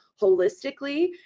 holistically